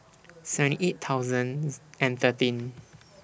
seventy eight thousands and thirteen